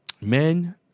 Men